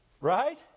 Right